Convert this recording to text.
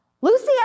Lucy